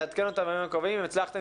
לעדכן אותנו בימים הקרובים אם הצלחתם